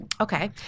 Okay